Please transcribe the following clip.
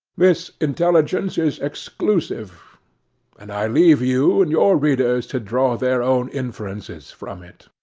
this intelligence is exclusive and i leave you and your readers to draw their own inferences from it.